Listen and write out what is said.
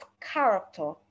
character